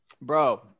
Bro